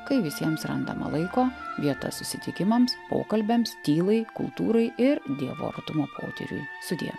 kai visiems randama laiko vieta susitikimams pokalbiams tylai kultūrai ir dievo artumo potyriui sudie